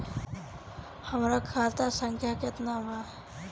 हमरा खाता संख्या केतना बा?